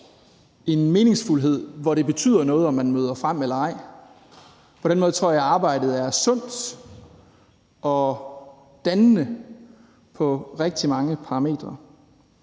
en meningsfuldhed, hvor det betyder noget, om man møder frem eller ej. På den måde tror jeg arbejdet er sundt og dannende på rigtig mange parametre.